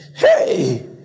hey